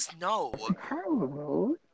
No